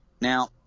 now